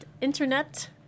internet